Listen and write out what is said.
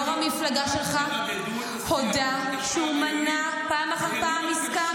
יו"ר המפלגה שלך הודה שהוא מנע פעם אחר פעם עסקה,